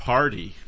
Party